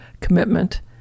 commitment